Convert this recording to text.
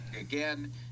again